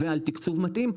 ועל תקצוב מתאים,